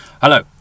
Hello